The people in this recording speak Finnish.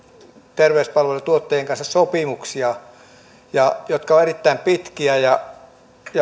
terveyspalvelujen tuottajien kanssa sopimuksia jotka ovat erittäin pitkiä ja